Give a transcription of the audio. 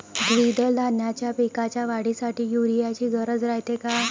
द्विदल धान्याच्या पिकाच्या वाढीसाठी यूरिया ची गरज रायते का?